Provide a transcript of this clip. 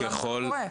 למה זה קורה?